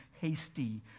hasty